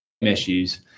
issues